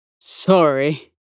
Sorry